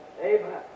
Amen